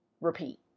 repeat